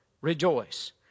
rejoice